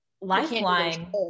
lifeline